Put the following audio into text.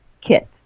kit